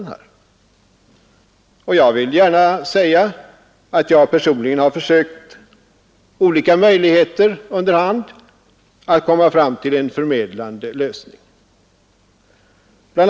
Jag vill gärna säga att jag personligen har prövat olika möjligheter under hand att komma fram till en förmedlande lösning. Bl.